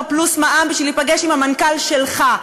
פלוס מע"מ בשביל להיפגש עם המנכ"ל שלך.